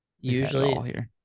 usually